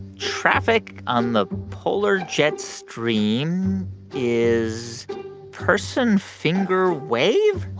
traffic on the polar jet stream is person finger wave?